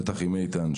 בטח עם איתן.